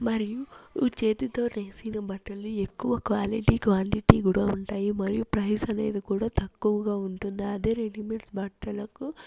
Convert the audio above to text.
మరియు చేతితో నేసిన బట్టలు ఎక్కువ క్వాలిటీ క్వాంటిటీ కూడా ఉంటాయి మరియు ప్రైజ్ అనేది కూడా తక్కువుగా ఉంటుంది అదే రెడీమేడ్ బట్టలకు